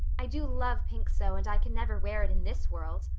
i do love pink so and i can never wear it in this world.